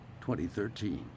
2013